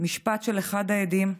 משפט של אחד העדים,